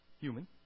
human